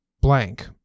blank